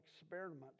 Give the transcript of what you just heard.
experiment